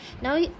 now